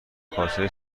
کاسه